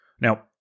Now